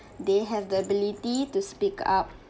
they have the ability to speak up